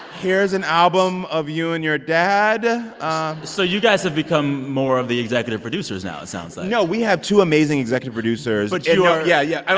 here's an album of you and your dad so you guys have become more of the executive producers now, it sounds like no. we have two amazing executive producers but you're. say yeah yeah and